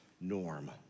norm